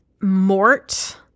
Mort